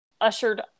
ushered